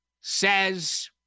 says